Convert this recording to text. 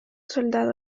soldado